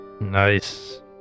Nice